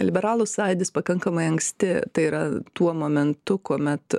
liberalų sąjūdis pakankamai anksti tai yra tuo momentu kuomet